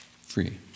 free